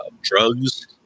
drugs